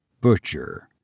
butcher